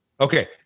Okay